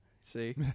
see